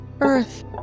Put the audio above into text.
earth